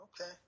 okay